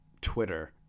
Twitter